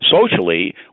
socially